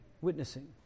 witnessing